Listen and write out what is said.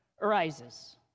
arises